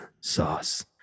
sauce